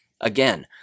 Again